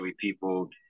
people